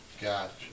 Gotcha